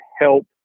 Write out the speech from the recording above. help